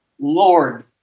Lord